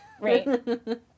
Right